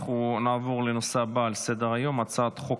אנחנו נעבור לנושא הבא על סדר-היום: הצעת חוק